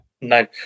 No